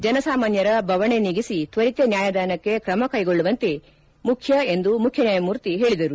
ಜನಸಾಮಾನ್ಯರ ಬವಣೆ ನೀಗಿಸಿ ತ್ವರಿತ ನ್ಯಾಯದಾನಕ್ಕೆ ಕ್ರಮಕೈಗೊಳ್ಳುವುದು ಮುಖ್ಯ ಎಂದು ಮುಖ್ಯ ನ್ಯಾಯಮೂರ್ತಿ ಹೇಳಿದರು